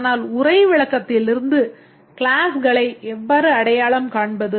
ஆனால் உரை விளக்கத்திலிருந்து க்ளாஸ்களை எவ்வாறு அடையாளம் காண்பது